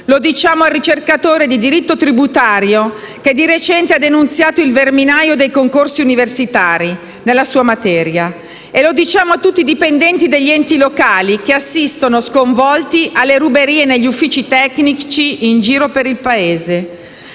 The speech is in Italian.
diciamo al ricercatore di diritto tributario che di recente ha denunziato il verminaio dei concorsi universitari nella sua materia; e lo diciamo a tutti i dipendenti degli enti locali che assistono sconvolti alle ruberie in parecchi uffici tecnici in giro per il Paese.